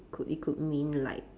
could it could mean like